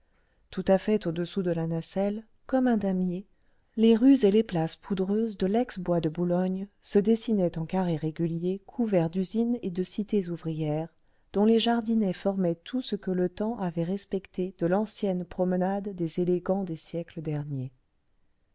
tout à fait au-dessous de la nacelle comme un damier les rues et les places embarcadere des aeronefs poudreuses de lex bois de boulogne se dessinaient en carrés réguliers couverts d'usines et de cités ouvrières dont les jardinets formaient tout ce que le temps avait respecté de l'ancienne promenade des élégants des siècles derniers